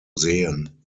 sehen